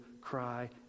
cry